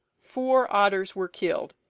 four otters were killed.